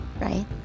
right